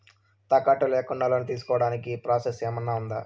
తాకట్టు లేకుండా లోను తీసుకోడానికి ప్రాసెస్ ఏమన్నా ఉందా?